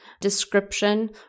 description